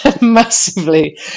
massively